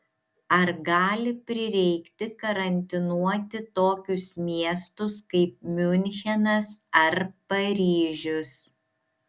ar gali prireikti karantinuoti tokius miestus kaip miunchenas ar paryžius